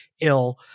ill